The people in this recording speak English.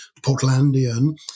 Portlandian